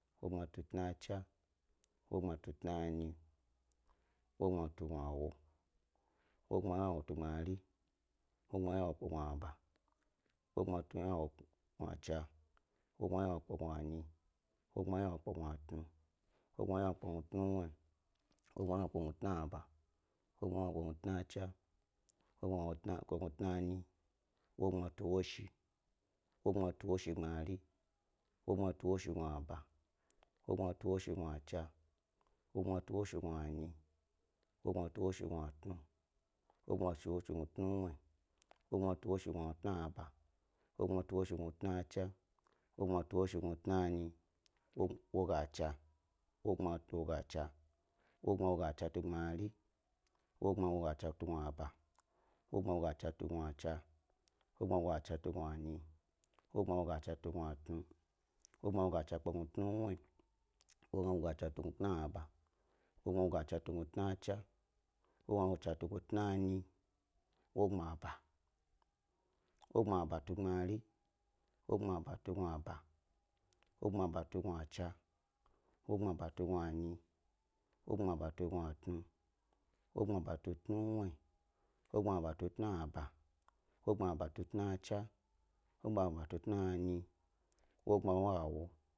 Wogbma tu tnachna, wogbma tu tnanyi, wogbma tu gnawo, wogbma ynawo tu gbmari, wogbma ynawo kpe gnu'aba, wogbma ynawo kpe gnuchna, wogbma ynawo kpe gnanyi, wogbma ynawo kpu gnutnu, wogbma ynawo kpe tna'aba, wogbma ynawo kpe tnachna, wogbma ynawa kpe tnanyi. Wogbma tu woshi, wogbma tu woshi tu gbmari, wogbma tu woshi gna’aba, wogbma tu woshi gnuchna, wogbma tu woshi gnanyi, wogbma tu woshi gnu tnu, wogbma tu woshi tnuwnuwyi, wogbma tu woshi gnu tnu’aba, wogbma tu woshi gnu tnachna, wogbma tu woshi gnu tnanyi, wogbma woga chna tu gbmari, wogbma wogachna tu gnu'aba, wogbma wogachna tu gnu chna, wogbma woga chna tu gnu nyi, wogbma woga chna tu gnutnu, wogbma woga chna kpe tnawwnuwyi, wogbma wogachna tu tna'aba, wogbma wogachna tu gnu tnanyi, wogbma bat. Wogbma batu ghmari, wogbma batu gna'aba, wogbma batu gnachna, wogbma batu gnanyi, wogbma batu gnatnu, wogbma batu tnawnawyi, wogbma batu tna'aba, wogbma batu tnachna, wogbma batu tnanyi, wogbma wa wo.